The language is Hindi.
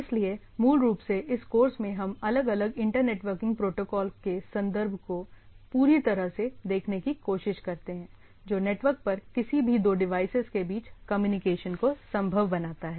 इसलिए मूल रूप से इस कोर्स में हम अलग अलग इंटरनेटवर्किंग प्रोटोकॉल के संदर्भ को पूरी तरह से देखने की कोशिश करते हैं जो नेटवर्क पर किसी भी दो डिवाइसेज के बीच कम्युनिकेशन को संभव बनाता है